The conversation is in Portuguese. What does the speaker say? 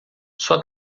sua